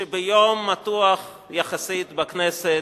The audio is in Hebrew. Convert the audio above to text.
שביום מתוח יחסית בכנסת,